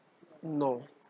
no